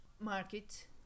market